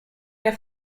der